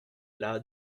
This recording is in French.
l’a